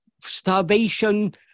starvation